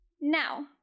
Now